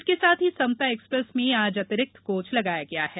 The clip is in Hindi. इसके साथ ही समता एक्सप्रेस में आज अतिरिक्त कोच लगाया गया है